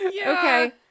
Okay